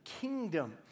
kingdom